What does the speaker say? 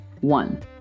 One